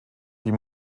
die